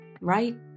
right